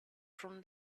from